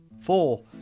Four